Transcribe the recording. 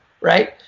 right